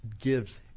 gives